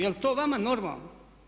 Jel' to vama normalno?